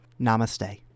namaste